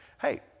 hey